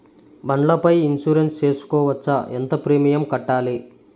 బండ్ల పై ఇన్సూరెన్సు సేసుకోవచ్చా? ఎంత ప్రీమియం కట్టాలి?